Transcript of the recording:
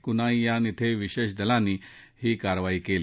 कुनाईयान इथं विशेष दलांनी ही कारवाई केली